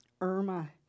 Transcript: Irma